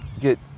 get